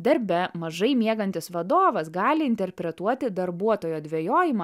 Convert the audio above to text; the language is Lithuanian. darbe mažai miegantis vadovas gali interpretuoti darbuotojo dvejojimą